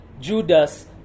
Judas